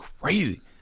crazy